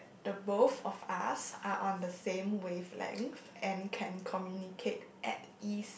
the both of us are on the same wavelength and can communicate at ease